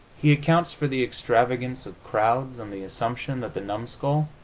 he accounts for the extravagance of crowds on the assumption that the numskull,